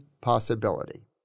possibility